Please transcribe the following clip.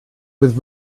with